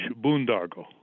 boondoggle